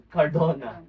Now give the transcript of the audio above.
Cardona